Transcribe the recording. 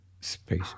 Space